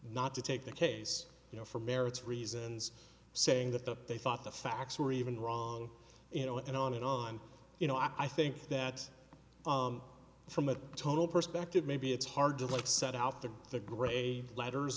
to take the case you know for merits reasons saying that they thought the facts were even wrong you know and on and on you know i think that from a total perspective maybe it's hard to like set out to the grave letters